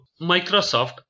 Microsoft